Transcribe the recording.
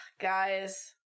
guys